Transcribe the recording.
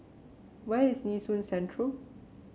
where is Nee Soon Central